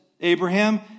Abraham